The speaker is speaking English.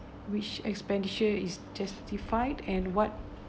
which expenditure is justified and what